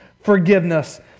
forgiveness